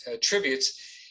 tributes